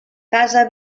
casa